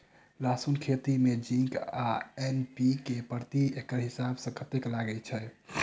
लहसून खेती मे जिंक आ एन.पी.के प्रति एकड़ हिसाब सँ कतेक लागै छै?